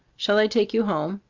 shall i take you home?